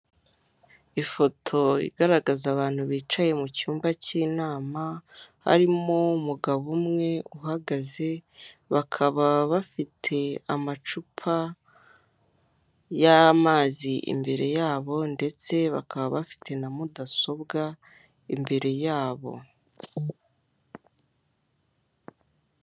Ifoto igaragaza abantu bicaye mu cyumba cy'inama, harimo umugabo umwe uhagaze, bakaba bafite amacupa y'amazi imbere yabo ndetse bakaba bafite na mudasobwa imbere yabo.